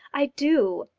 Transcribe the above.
i do.